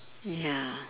ya